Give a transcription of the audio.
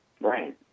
Right